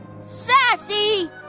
Sassy